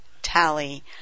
tally